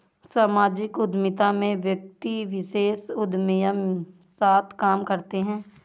सामाजिक उद्यमिता में व्यक्ति विशेष उदयमी साथ काम करते हैं